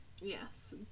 Yes